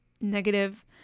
negative